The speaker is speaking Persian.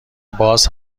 باز